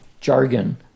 jargon